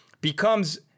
becomes